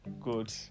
Good